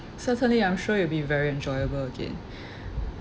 certainly I'm sure it'll be very enjoyable again